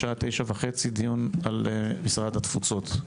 בשעה 09:30 יהיה דיון על משרד התפוצות.